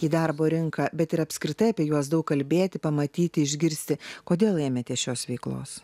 į darbo rinką bet ir apskritai apie juos daug kalbėti pamatyti išgirsti kodėl ėmėtės šios veiklos